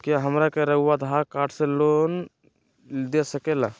क्या हमरा के रहुआ आधार कार्ड से लोन दे सकेला?